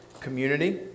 community